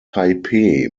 taipei